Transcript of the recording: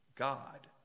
God